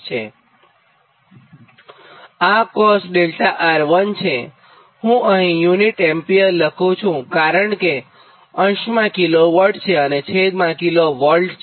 આ cos𝛿R1 છે હું અહીં યુનિટ એમ્પિયર લખુ છુંકારણ કે અંશમાં કિલોવોટ છે અને છેદમાં કિલો વોલ્ટ છે